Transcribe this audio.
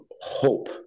hope